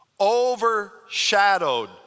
overshadowed